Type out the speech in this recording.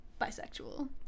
bisexual